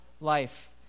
life